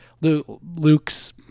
Luke's